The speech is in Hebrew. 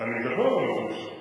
אני מדבר על המחליף שלו.